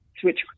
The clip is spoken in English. switch